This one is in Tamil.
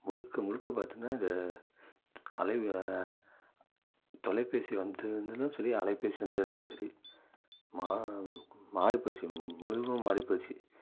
முழுக்க முழுக்க பார்த்திங்கன்னா இது அலைவு தொலைபேசி வந்ததில் இருந்தும் சரி அலைபேசி வந்ததில் இருந்தும் சரி மா மாறிப்போச்சு முழுவதுமா மாறிப்போச்சு